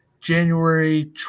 january